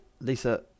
Lisa